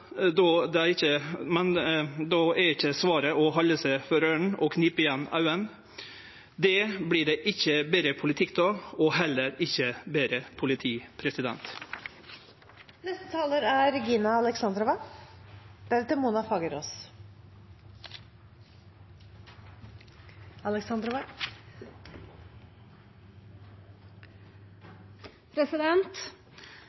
då er ikkje svaret å halde seg for øyra og knipe igjen auga. Det vert det ikkje betre politikk av, og heller ikkje betre politi. Det burde ikke være slik at elever er